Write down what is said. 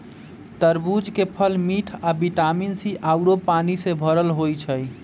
तरबूज के फल मिठ आ विटामिन सी आउरो पानी से भरल होई छई